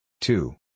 two